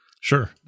Sure